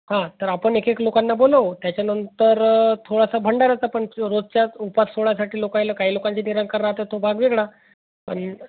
हां तर आपण एक एक लोकांना बोलवू त्याच्यानंतर थोडासा भंडाराचा पण रोजच्या उपास सोडायसाठी लोकायला काही लोकांची निरंकार राहतात तो भाग वेगळा पण